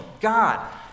God